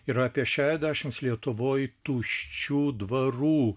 yra apie šešiasdešimt lietuvoj tuščių dvarų